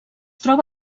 troba